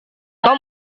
tom